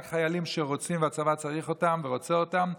רק חיילים שרוצים והצבא צריך אותם ורוצה אותם,